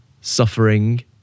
Suffering